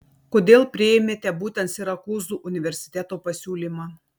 kodėl priėmėte būtent sirakūzų universiteto pasiūlymą